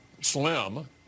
slim